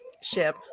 ship